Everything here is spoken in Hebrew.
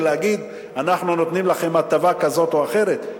ולהגיד: אנחנו נותנים לכם הטבה כזו או אחרת.